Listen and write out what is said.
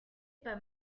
pas